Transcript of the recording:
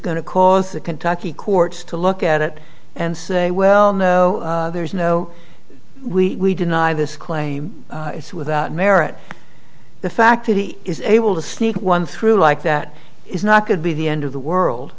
going to cause the kentucky courts to look at it and say well no there's no we deny this claim it's without merit the fact that he is able to sneak one through like that is not going to be the end of the